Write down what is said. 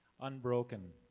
unbroken